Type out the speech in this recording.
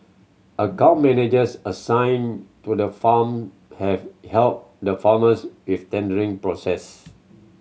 account managers assigned to the farm have helped the farmers with tendering process